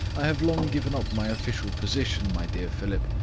i have long given up my official position, my dear philip,